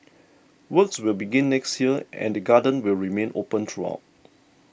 works will begin next year and the garden will remain open throughout